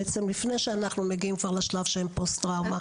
בעצם לפני שאנחנו מגיעים כבר לשלב שהם פוסט טראומה?